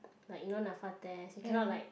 like you know Napfa test you cannot like